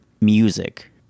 music